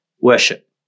worship